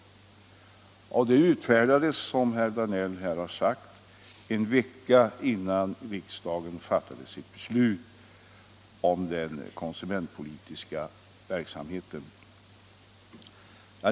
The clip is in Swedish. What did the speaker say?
Regleringsbrevet utfärdades, som herr Danell har påpekat, en vecka innan riksdagen fattade sitt beslut om den konsumentpolitiska verksamheten.